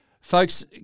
Folks